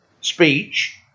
speech